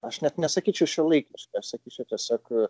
aš net nesakyčiau šiuolaikišką aš sakyčiau tiesiog